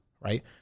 right